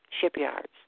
shipyards